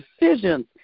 decisions